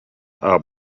are